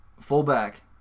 Fullback